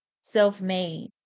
self-made